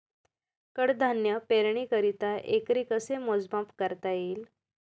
कडधान्य पेरणीकरिता एकरी कसे मोजमाप करता येईल?